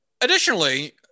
additionally